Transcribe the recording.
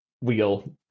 wheel